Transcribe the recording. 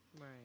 Right